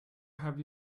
have